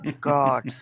God